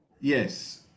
Yes